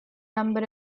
number